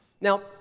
Now